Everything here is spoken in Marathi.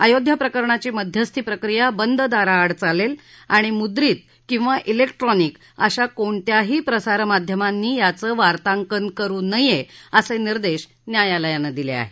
अयोध्या प्रकरणाची मध्यस्थी प्रक्रिया बंद दाराआड चालेल आणि मुद्रित किंवा क्रिक्ट्रॉनिक अशा कोणत्याही प्रसामाध्यमांनी याचं वार्तांकन करु नये असे निर्देश न्यायालयानं दिले आहेत